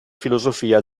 filosofia